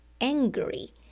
angry